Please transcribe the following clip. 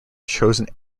chosen